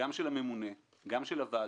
גם של הממונה, גם של הוועדה.